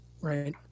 Right